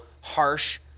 harsh